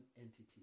entity